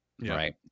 Right